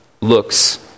looks